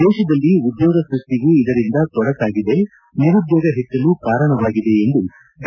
ದೇಶದಲ್ಲಿ ಉದ್ಯೋಗ ಸೃಷ್ಟಿಗೂ ಇದರಿಂದ ತೊಡಕಾಗಿದೆ ನಿರುದ್ದೋಗ ಹೆಚ್ಚಲು ಕಾರಣವಾಗಿದೆ ಎಂದು ಡಾ